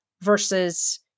versus